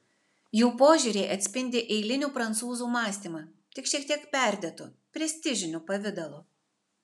jų požiūriai atspindi eilinių prancūzų mąstymą tik šiek tiek perdėtu prestižiniu pavidalu